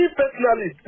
personally